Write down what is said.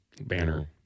banner